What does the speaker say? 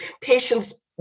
patients